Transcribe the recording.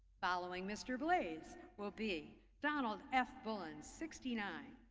following mr. blais will be donald f. bulins, sixty nine.